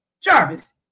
Jarvis